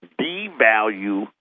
devalue